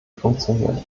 funktioniert